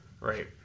Right